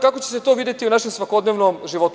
Kako će se to videti u našem svakodnevnom životu?